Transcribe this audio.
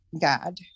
God